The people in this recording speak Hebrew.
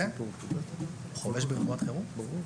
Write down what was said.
נכון,